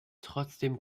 trotzdem